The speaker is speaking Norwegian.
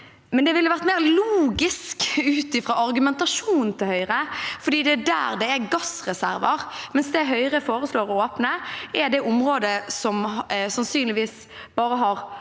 men det ville vært mer logisk ut fra argumentasjonen til Høyre fordi det er der det er gassreserver, mens det Høyre foreslår å åpne, er det området som sannsynligvis har